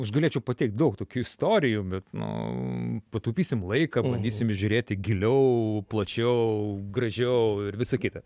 aš galėčiau pateikti daug tokių istorijų bet nu pataupysim laiką bandysim žiūrėti giliau plačiau gražiau ir visa kita